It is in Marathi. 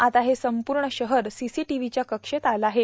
आता हे संपूण शहर सीर्सीटव्होच्या कक्षेत आलं आहे